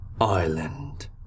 island